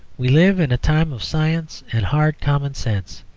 we live in a time of science and hard common sense,